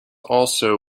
also